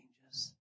changes